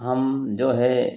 हम जो है